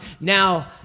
Now